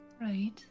Right